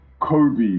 Kobe